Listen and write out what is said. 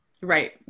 right